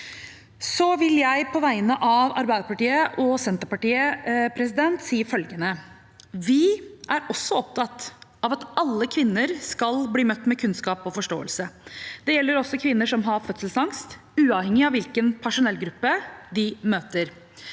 Så vil jeg på vegne av Arbeiderpartiet og Senterpartiet si følgende: Vi er også opptatt av at alle kvinner skal bli møtt med kunnskap og forståelse. Det gjelder også kvinner som har fødselsangst, uavhengig av hvilken personellgruppe de møter.